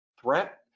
threat